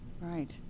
right